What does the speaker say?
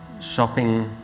shopping